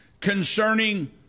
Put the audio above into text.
concerning